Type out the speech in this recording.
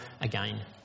again